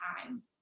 time